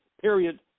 period